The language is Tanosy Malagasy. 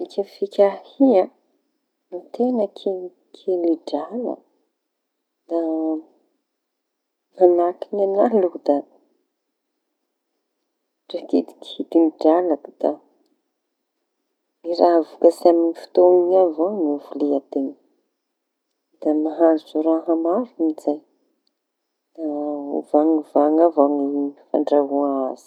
Ny fikafika ahia no teña kelikely drala. Da mañahaky añahy aloha da ndra kidikidy ny drala. Da ny raha vokatsy amin'ny fotoaña iñy avao ro vilian-teña. Da mahazo raha maro amy zay da ova ova avao ny fandrahoa azy.